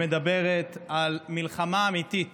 שמדברת על מלחמה אמיתית